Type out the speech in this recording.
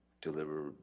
deliver